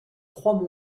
trois